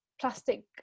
plastic